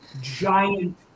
giant